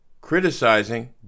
Criticizing